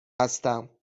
هستم